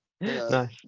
Nice